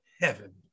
heaven